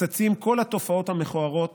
צצות כל התופעות המכוערות